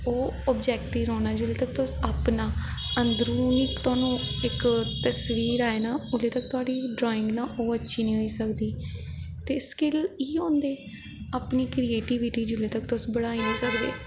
ओह् अवजैक्ट ही रौह्ना जिसलै तक्कर तुस अपना अन्दरों तुसें इक तस्बीर ऐ ना उसलै तक्कर तोआढ़ी ड्राईंग ना ओह् अच्छी निं होई सकदी ते स्किल इयो होंदी अपनी करियेटिविटी जिसलै तक्कर तुस बढ़ाई निं सकदे